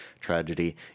tragedy